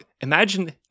Imagine